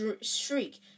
shriek